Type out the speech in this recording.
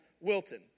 Wilton